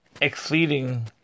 Exceeding